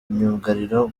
myugariro